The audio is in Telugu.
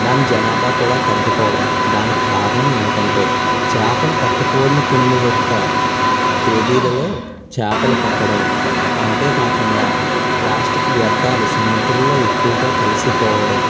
దాని జనాభా కూడా తగ్గిపోవడమే దానికి కారణం ఏమిటంటే చేపలు పట్టకోని కొన్ని యొక్క తేదీలలో చేపలు పట్టడం అంతేకాకుండా ప్లాస్టిక్ వ్యర్ధాలు సముద్రంలో ఎక్కువగా కలిసిపోవడం